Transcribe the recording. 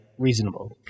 Reasonable